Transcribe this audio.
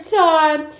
time